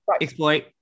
exploit